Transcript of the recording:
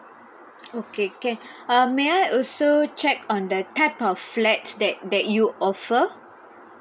okay can uh may I also check on that type of flats that that you offer